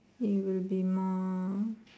it will be more